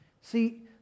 See